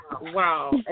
wow